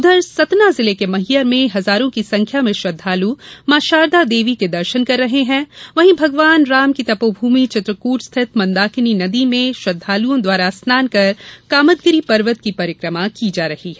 उधर सतना जिले के मैहर में हजारों की संख्या में श्रद्वाल मो शारदा देवी के दर्शन कर रहे हैं वही भगवान राम की तपोभूमि चित्रकूट स्थित मंदाकिनी नदी में श्रद्वालुओं द्वारा स्नान कर कामदगिरि पर्वत की परिक्रमा की जा रही हैं